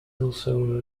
also